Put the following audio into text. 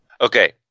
Okay